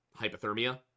hypothermia